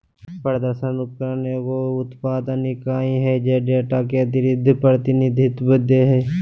प्रदर्शन उपकरण एगो उत्पादन इकाई हइ जे डेटा के दृश्य प्रतिनिधित्व दे हइ